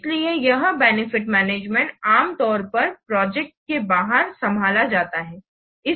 इसलिए यह benefit management आम तौर पर प्रोजेक्ट के बाहर संभाला जाता है